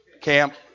camp